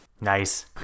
Nice